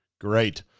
Great